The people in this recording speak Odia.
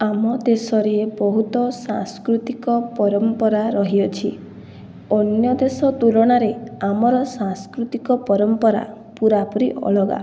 ଆମ ଦେଶରେ ବହୁତ ସାଂସ୍କୃତିକ ପରମ୍ପରା ରହିଅଛି ଅନ୍ୟଦେଶ ତୁଳନାରେ ଆମର ସାଂସ୍କୃତିକ ପରମ୍ପରା ପୂରାପୂରି ଅଲଗା